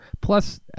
Plus